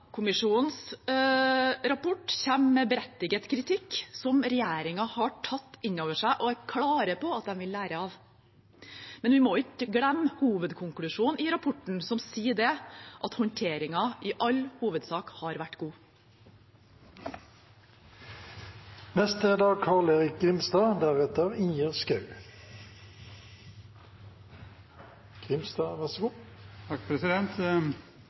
rapport kommer med berettiget kritikk, som regjeringen har tatt inn over seg og er klare på at de vil lære av. Men vi må ikke glemme hovedkonklusjonen i rapporten, som sier at håndteringen i all hovedsak har vært god. Representanten Helleland kalte kommisjonens rapport for en lærebok, og det er